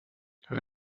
hör